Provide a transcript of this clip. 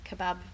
kebab